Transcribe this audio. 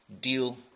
deal